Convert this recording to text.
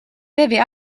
tevi